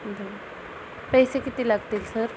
पैसे किती लागतील सर